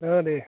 दे